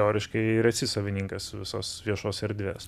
teoriškai ir esi savininkas visos viešos erdvės